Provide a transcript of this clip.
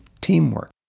teamwork